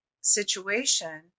situation